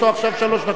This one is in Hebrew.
יש לו עכשיו שלוש דקות.